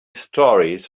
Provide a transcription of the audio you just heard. stories